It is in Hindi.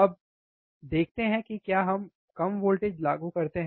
अब देखते हैं कि क्या हम कम वोल्टेज लागू करते हैं